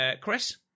Chris